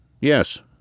Yes